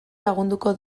lagunduko